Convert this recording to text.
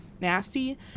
nasty